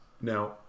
now